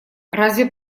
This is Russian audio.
разве